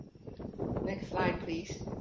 next slide please.